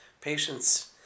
Patience